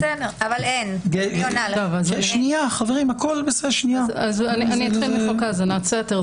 אתחיל מחוק האזנת סתר,